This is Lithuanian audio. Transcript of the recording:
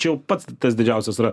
čia jau pats tas didžiausias yra